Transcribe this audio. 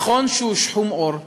נכון שהוא שחום עור,